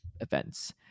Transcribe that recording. events